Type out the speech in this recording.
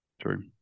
True